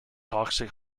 toxic